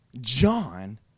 John